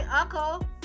uncle